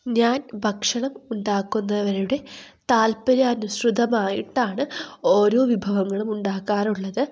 ഞാൻ ഭക്ഷണം ഉണ്ടാക്കുന്നവരുടെ താല്പര്യാനുശ്രുതമായിട്ടാണ് ഓരോ വിഭവങ്ങളും ഉണ്ടാക്കാറുള്ളത്